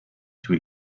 too